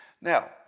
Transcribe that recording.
Now